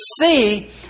see